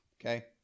Okay